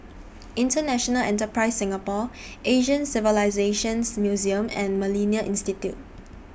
International Enterprise Singapore Asian Civilisations Museum and Millennia Institute